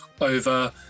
over